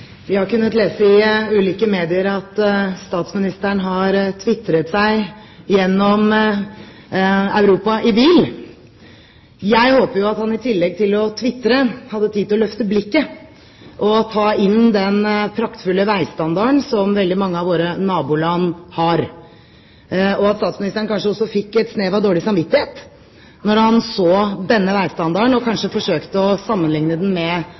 Vi har kunnet lese i ulike medier at statsministeren har tvitret seg gjennom Europa i bil. Jeg håper jo at han i tillegg til å tvitre hadde tid til å løfte blikket og ta inn den praktfulle veistandarden som veldig mange av våre naboland har, og at statsministeren kanskje også fikk et snev av dårlig samvittighet da han så denne veistandarden og kanskje forsøkte å sammenligne den med